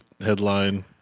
headline